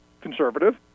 conservative